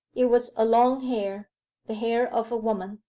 it was a long hair the hair of a woman.